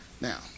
now